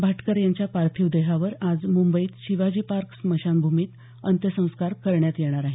भाटकर यांच्या पार्थिव देहावर आज मुंबईत शिवाजी पार्क स्मशानभूमीत अंत्यसंस्कार करण्यात येणार आहेत